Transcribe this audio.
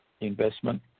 investment